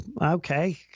okay